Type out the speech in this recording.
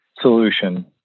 solution